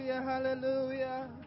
Hallelujah